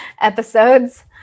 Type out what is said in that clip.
episodes